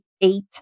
eight